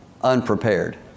unprepared